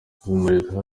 kumurika